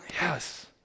yes